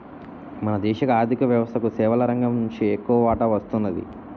మన దేశ ఆర్ధిక వ్యవస్థకు సేవల రంగం నుంచి ఎక్కువ వాటా వస్తున్నది